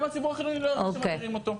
הציבור החילוני לא ירגיש שמדירים אותו.